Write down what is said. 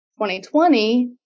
2020